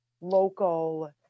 local